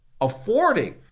affording